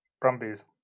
Brumbies